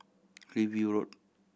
Hillview Road